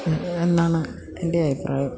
എന്നാണ് എൻ്റെ അഭിപ്രായം